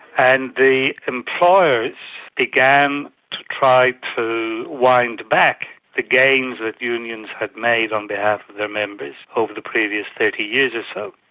and the employers began to try to wind back the gains that unions had made on behalf of their members over the previous thirty years or so.